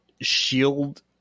shield